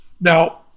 now